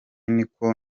niko